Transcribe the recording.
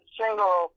single